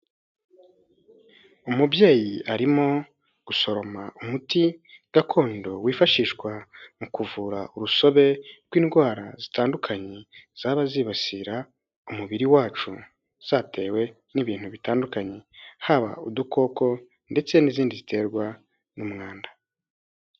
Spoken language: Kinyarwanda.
Umubyeyi arimo gusoroma umuti gakondo wifashishwa mu kuvura urusobe rw'indwara zitandukanye zaba zibasira umubiri wacu zatewe n'ibintu bitandukanye, haba udukoko ndetse n'izindi ziterwa n'umwanda.